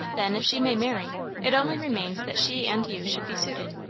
then, if she may marry, it only remains that she and you should be suited.